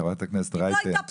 חברת הכנסת רייטן.